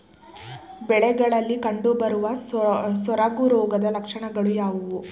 ಬೆಳೆಗಳಲ್ಲಿ ಕಂಡುಬರುವ ಸೊರಗು ರೋಗದ ಲಕ್ಷಣಗಳು ಯಾವುವು?